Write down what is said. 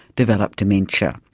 develop dementia,